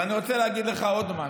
ואני רוצה להגיד לך עוד משהו: